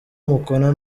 umukono